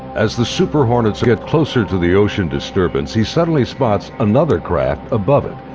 as the super hornets get closer to the ocean disturbance he suddenly spots another craft above it.